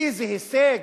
איזה הישג,